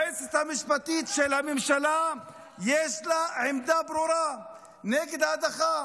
ליועצת המשפטית של הממשלה יש עמדה ברורה נגד ההדחה,